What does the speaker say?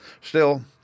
Still—